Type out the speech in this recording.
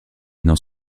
dans